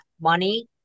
money